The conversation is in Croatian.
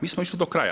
Mi smo išli do kraja.